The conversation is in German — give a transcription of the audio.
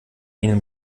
ihnen